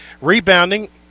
Rebounding